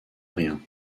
rien